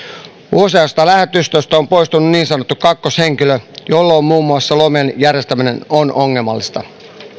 useasta lähetystöstä on poistunut niin sanottu kakkoshenkilö jolloin muun muassa lomien järjestäminen on ongelmallista